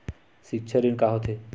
सिक्छा ऋण का होथे?